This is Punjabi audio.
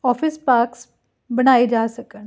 ਆਫਿਸ ਪਾਰਕਸ ਬਣਾਏ ਜਾ ਸਕਣ